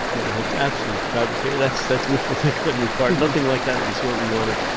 no, that's absolutely fabricated. that's that's wishful thinking on your part. nothing like that of the sort we wanted.